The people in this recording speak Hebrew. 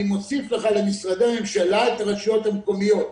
אני מוסיף לך למשרדי הממשלה את הרשויות המקומיות.